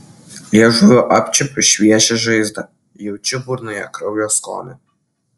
liežuviu apčiuopiu šviežią žaizdą jaučiu burnoje kraujo skonį